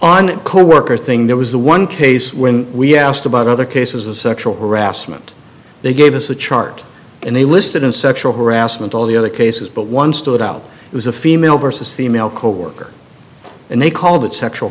on coworker thing there was the one case when we asked about other cases of sexual harassment they gave us a chart and they listed in sexual harassment all the other cases but one stood out it was a female versus female coworker and they called it sexual